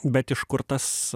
bet iš kur tas